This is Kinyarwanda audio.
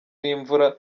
n’imvura